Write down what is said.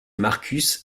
markus